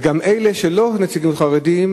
וגם אלה שהם לא נציגים חרדים,